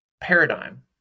paradigm